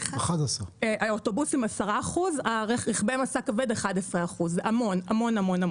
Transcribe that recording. אוטובוסים 10%, רכבי משא כבד 11%. זה המון-המון.